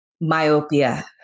myopia